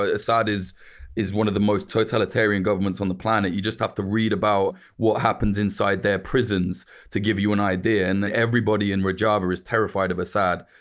ah assad is is one of the most totalitarian governments on the planet. just have to read about what happens inside their prisons to give you an idea. and everybody in rojava is terrified of assad.